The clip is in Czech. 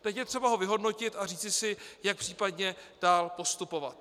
Teď je třeba ho vyhodnotit a říci si, jak případně dál postupovat.